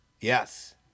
Yes